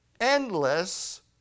endless